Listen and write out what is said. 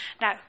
Now